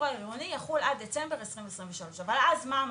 העירוני יחול עד דצמבר 2023. אבל אז מה המשמעות?